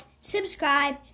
subscribe